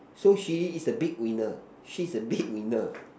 so she is the big winner she is big winner